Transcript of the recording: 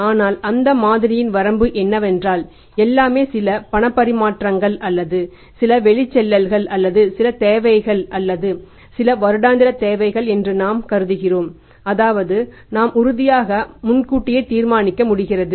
ஆனால் அந்த மாதிரியின் வரம்பு என்னவென்றால் எல்லாமே சில பணப்பரிமாற்றங்கள் அல்லது சில வெளிச்செல்லல்கள் அல்லது சில தேவைகள் அல்லது சில வருடாந்திர தேவைகள் என்று நாம் கருதுகிறோம் அதாவது நாம் உறுதியாக முன்கூட்டியே தீர்மானிக்க முடிகிறது